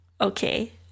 Okay